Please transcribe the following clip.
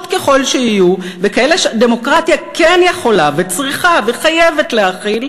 ככל שיהיו וכאלה שהדמוקרטיה כן יכולה וצריכה וחייבת להכיל,